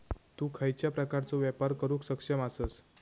तु खयच्या प्रकारचो व्यापार करुक सक्षम आसस?